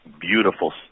beautiful